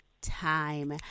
time